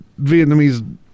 Vietnamese